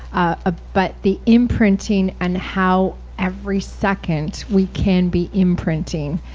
ah but the imprinting and how every second we can be imprinting.